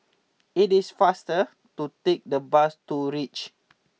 it is faster to take the bus to reach